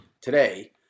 today